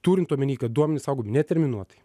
turint omeny kad duomenys saugomi neterminuotai